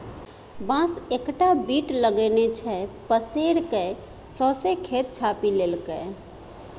बांस एकटा बीट लगेने छै पसैर कए सौंसे खेत छापि लेलकै